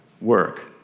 work